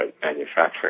manufacturing